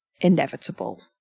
inevitable